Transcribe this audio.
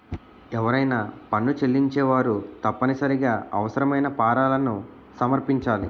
ఎవరైనా పన్ను చెల్లించేవారు తప్పనిసరిగా అవసరమైన ఫారాలను సమర్పించాలి